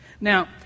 Now